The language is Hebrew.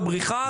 בבריכה,